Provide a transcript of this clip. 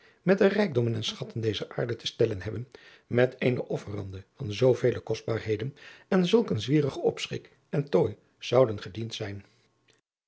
met de rijkdommen en schatten dezer aarde te stellen hebben met eene offerande van zoovele kostbaarheden en zulk een zwierigen opschik en tooi zouden gediend zijn